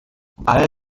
all